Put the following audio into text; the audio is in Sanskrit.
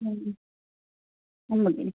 नम्बुदिनि